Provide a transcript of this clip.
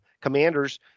Commanders